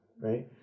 right